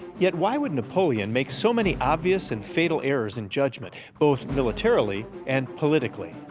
yet, why would napoleon make so many obvious and fatal errors in judgment both militarily and politically?